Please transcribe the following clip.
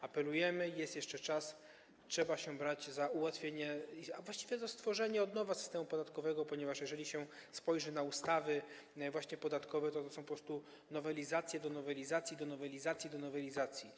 Apelujemy, jest jeszcze czas, trzeba się brać za ułatwienie, a właściwie za stworzenie od nowa systemu podatkowego, ponieważ jeżeli się spojrzy na ustawy podatkowe, to są to po prostu nowelizacje do nowelizacji do nowelizacji do nowelizacji.